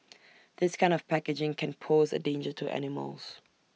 this kind of packaging can pose A danger to animals